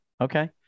okay